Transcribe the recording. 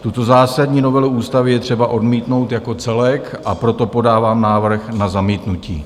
Tuto zásadní novelu ústavy je třeba odmítnout jako celek, a proto podávám návrh na zamítnutí.